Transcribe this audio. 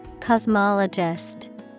Cosmologist